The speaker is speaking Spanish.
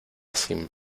sin